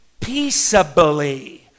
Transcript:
peaceably